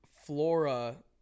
Flora